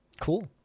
Cool